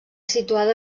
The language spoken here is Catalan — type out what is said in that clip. situada